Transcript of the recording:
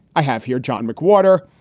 i have here john mcwhorter,